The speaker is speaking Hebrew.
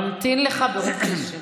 נמתין לך ברוב קשב.